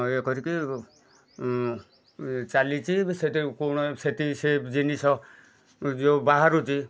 ଇଏ କରିକି ଚାଲିଛି ସେଠି କୋଉଣ ସେଠି ସେ ଜିନିଷ ଯୋଉ ବାହାରୁଛି